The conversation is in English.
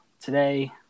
today